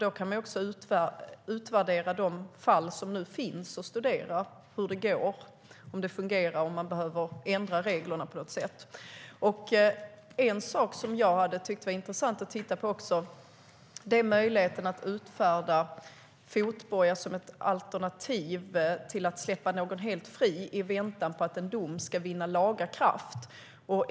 Då kan man också utvärdera de fall som finns och studera hur det går, om det fungerar eller om man behöver ändra reglerna på något sätt. En sak som jag tycker vore intressant att titta på är möjligheten att utfärda fotboja som ett alternativ till att släppa någon helt fri i väntan på att en dom ska vinna laga kraft.